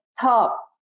top